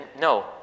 No